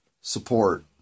support